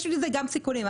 יש בזה גם סיכונים.